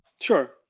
Sure